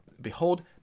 behold